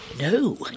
No